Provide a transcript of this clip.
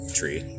tree